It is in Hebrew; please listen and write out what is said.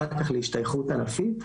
אחר כך להשתייכות ענפית,